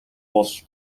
бол